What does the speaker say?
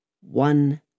One